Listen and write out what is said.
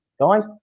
guys